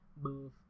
move